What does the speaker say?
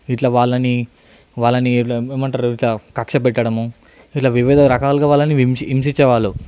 ఇట్లా వాళ్ళని వాళ్ళని ఏమంటారు ఇట్లా కక్షపెట్టడము ఇట్లా వివిధ రకాలుగా వాళ్లని హింసిం హింసించే వాళ్ళు